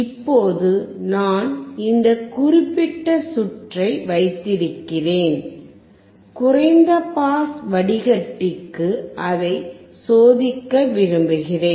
இப்போது நான் இந்த குறிப்பிட்ட சுற்றை வைத்திருக்கிறேன் குறைந்த பாஸ் வடிகட்டிக்கு அதை சோதிக்க விரும்புகிறேன்